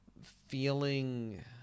feeling